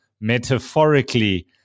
metaphorically